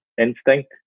instinct